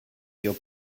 your